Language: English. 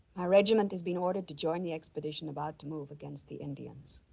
ah regiment has been ordered. to join the expedition about to move against the indians.